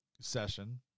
Session